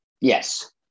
Yes